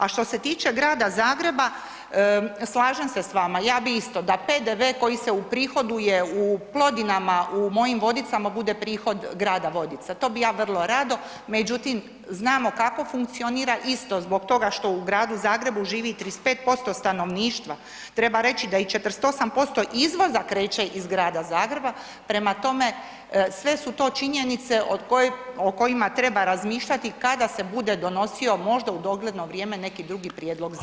A što se tiče grada Zagreba, slažem se s vama, ja bi isto, da PDV koji se uprihoduje u Plodinama u mojim Vodicama, bude prihod grada Vodica, to bi ja vrlo rado međutim znamo kako funkcionira isto zbog toga što u gradu Zagrebu živi 35% stanovništva, treba reći i da 48% izvoza kreće iz grada Zagreba, prema tome, sve su to činjenice o kojima treba razmišljati kada se bude donosio možda u dogledno vrijeme neki drugi prijedlog zakona.